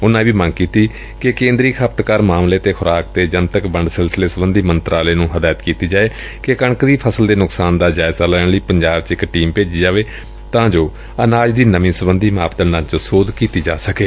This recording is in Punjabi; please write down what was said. ਉਨਾਂ ਇਹ ਵੀ ਮੰਗ ਕੀਤੀ ਕਿ ਕੇਂਦਰੀ ਖਪਤਕਾਰ ਮਾਮਲੇ ਅਤੇ ਖੁਰਾਕ ਤੇ ਜਨਤਕ ਵੰਡ ਸਿਲਸਿਲੇ ਸਬੰਧੀ ਮੰਤਰਾਲੇ ਨੂੰ ਹਦਾਇਤ ਕੀਤੀ ਜਾਏ ਕਿ ਕਣਕ ਦੀ ਫਸਲ ਦੇ ਨੁਕਸਾਨ ਦਾ ਜਾਇਜ਼ਾ ਲੈਣ ਲਈ ਪੰਜਾਬ ਚ ਇਕ ਟੀਮ ਭੇਜੇ ਡਾ ਜੋ ਅਨਾਜ ਦੀ ਨਮੀ ਸਬੰਧੀ ਮਾਪਦੰਡਾ ਚ ਸੋਧ ਕੀਤੀ ਜਾ ਸਕੇ